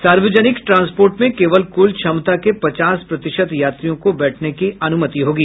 सार्वजनिक ट्रांसपोर्ट में केवल कुल क्षमता के पचास प्रतिशत यात्रियों को बैठने की अनुमति होगी